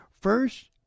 First